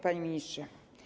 Panie Ministrze!